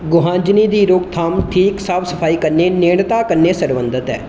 गुहांजनी दी रोक थाम ठीक साफ सफाई कन्नै नेड़ता कन्नै सरबंधत ऐ